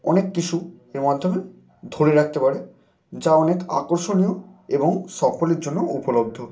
অনেক কিছু এর মাধ্যমে ধরে রাখতে পারে যা অনেক আকর্ষণীয় এবং সকলের জন্য উপলব্ধ